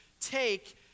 take